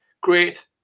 Great